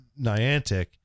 Niantic